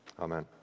amen